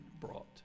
brought